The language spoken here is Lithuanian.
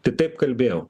tai taip kalbėjau